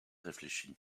réfléchi